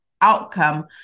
outcome